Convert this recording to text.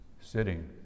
Sitting